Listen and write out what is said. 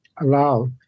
allow